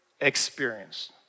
experienced